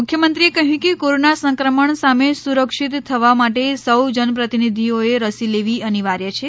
મુખ્યમંત્રીએ કહ્યું કે કોરોના સંક્રમણ સામે સુરક્ષિત થવા માટે સૌ જનપ્રતિનિધિઓએ રસી લેવી અનિવાર્ય છે